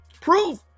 Proof